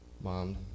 mom